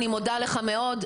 אני מודה לך מאוד.